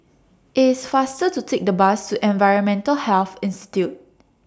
IT IS faster to Take The Bus to Environmental Health Institute